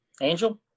Angel